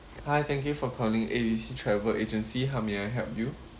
hi thank you for calling A_B_C travel agency how may I help you